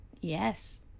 Yes